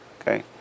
Okay